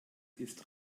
ist